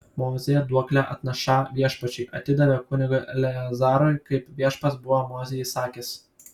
mozė duoklę atnašą viešpačiui atidavė kunigui eleazarui kaip viešpats buvo mozei įsakęs